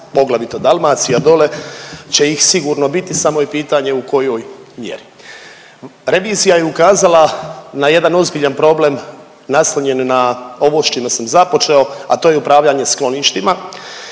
poglavito Dalmacija dole će ih sigurno biti, samo je pitanje u kojoj mjeri. Revizija je ukazala na jedan ozbiljan problem naslonjen na ovo s čime sam započeo, a to je upravljanje skloništima